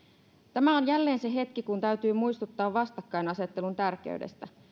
tämä on jälleen se hetki kun täytyy muistuttaa vastakkainasettelun tärkeydestä